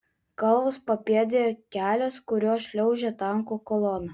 kalvos papėdėje kelias kuriuo šliaužia tankų kolona